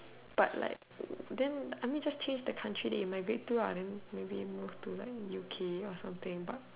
but like then I mean just change the country that you migrate to maybe move to like U_K or something but